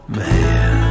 man